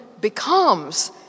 becomes